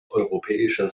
europäischer